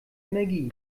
energie